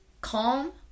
calm